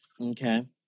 Okay